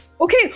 Okay